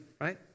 right